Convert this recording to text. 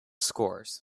scores